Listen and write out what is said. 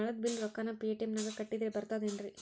ನಳದ್ ಬಿಲ್ ರೊಕ್ಕನಾ ಪೇಟಿಎಂ ನಾಗ ಕಟ್ಟದ್ರೆ ಬರ್ತಾದೇನ್ರಿ?